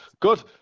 Good